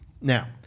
Now